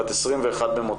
בת 21 במותה,